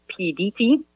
PDT